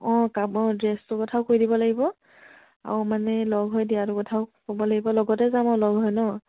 অঁ কাব ড্ৰেছটোৰ কথাও কৈ দিব লাগিব আৰু মানে লগ হৈ দিয়াটো কথাও ক'ব লাগিব লগতে যাম আৰু লগ হৈ ন